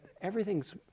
everything's